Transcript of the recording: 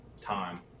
time